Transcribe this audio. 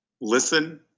Listen